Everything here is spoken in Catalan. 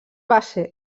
base